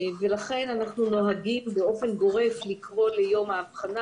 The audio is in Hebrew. לכן אנחנו נוהגים באופן גורף לקרוא ליום האבחנה